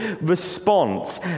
response